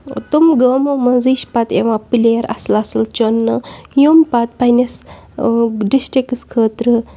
تِم گامو منٛزٕے چھِ پَتہٕ یِوان پٕلیر اَصٕل اَصٕل چُننہٕ یِم پَتہٕ پنٛنِس ڈِسٹرٛکَس خٲطرٕ